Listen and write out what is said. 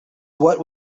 what